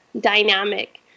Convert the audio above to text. dynamic